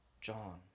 John